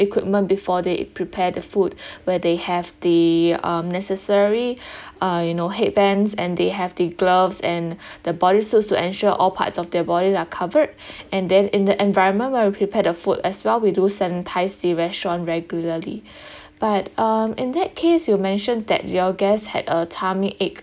equipment before they prepare the food where they have the um necessary uh you know headbands and they have the gloves and the body suits to ensure all parts of their bodies are covered and then in the environment where we prepare the food as well we do sanitise the restaurant regularly but um in that case you mentioned that your guest had a tummy ache